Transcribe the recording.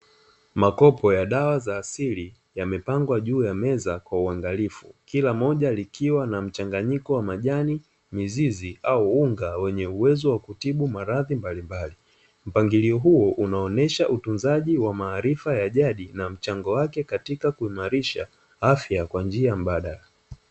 Makopo ya dawa za asili yamepangwa juu ya meza kwa uangalifu, kila moja likiwa na mchanganyiko wa majani, mizizi au unga wenye uwezo wa kutibu maradhi mbalimbali. Mpangilio huo unaonyesha utunzaji wa maarifa ya jadi na mchango wake katika kuimarisha afya kwa njia mbadala.